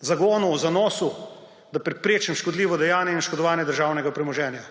zagonu, zanosu, da preprečim škodljivo dejanje in oškodovanje državnega premoženja.